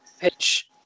pitch